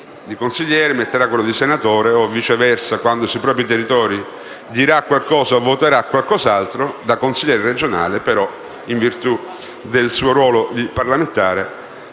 di consigliere, e metterà quello di senatore o, viceversa e quando sui propri territori dirà qualcosa o voterà qualcos'altro da consigliere regionale, in virtù del suo ruolo di parlamentare